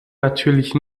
natürlich